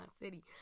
city